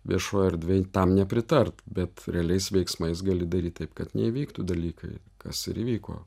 viešojoj erdvėj tam nepritart bet realiais veiksmais gali daryt taip kad neįvyktų dalykai kas įvyko